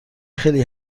خیلی